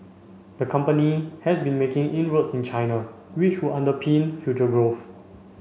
the company has been making inroads in China which would underpin future growth